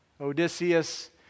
Odysseus